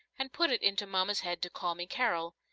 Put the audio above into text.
and put it into mama's head to call me carol.